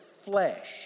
flesh